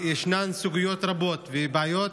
ישנן סוגיות רבות ובעיות